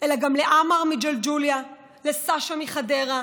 אלא גם לעמר מג'לג'וליה, לסשה מחדרה,